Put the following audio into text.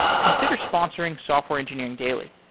consider sponsoring software engineering daily.